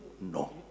No